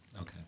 Okay